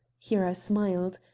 here i smiled.